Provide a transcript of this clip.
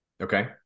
okay